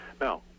Now